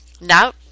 now